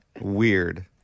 Weird